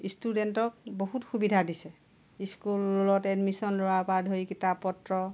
ষ্টুডেন্টক বহুত সুবিধা দিছে স্কুলত এডমিছন লোৱা পৰা ধৰি কিতাপ পত্ৰ